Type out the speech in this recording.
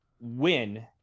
win